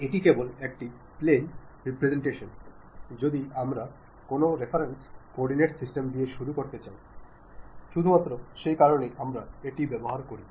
এটি কেবল একটি প্লেন উপস্থাপনা যদি আমরা কোনো রেফারেন্স কোঅর্ডিনেট সিস্টেম দিয়ে শুরু করতে চাই শুধুমাত্র সেই কারণে আমরা এটি ব্যবহার করি